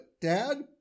dad